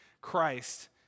Christ